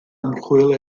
ymchwil